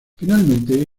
finalmente